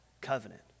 covenant